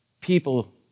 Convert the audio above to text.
People